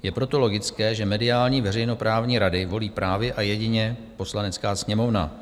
Je proto logické, že mediální veřejnoprávní rady volí právě a jedině Poslanecká sněmovna.